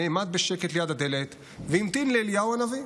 נעמד בשקט ליד הדלת והמתין לאליהו הנביא.